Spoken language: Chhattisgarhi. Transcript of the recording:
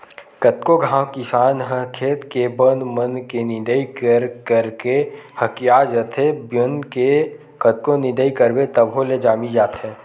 कतको घांव किसान ह खेत के बन मन के निंदई कर करके हकिया जाथे, बन के कतको निंदई करबे तभो ले जामी जाथे